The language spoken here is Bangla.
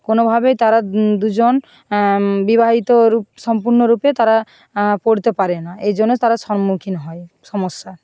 কোনোভাবেই তারা দুজন বিবাহিত রূপ সম্পূর্ণরূপে তারা পড়তে পারে না এই জন্য তারা সম্মুখীন হয় সমস্যার